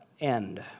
end